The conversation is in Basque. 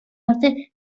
arte